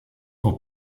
aux